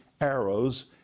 arrows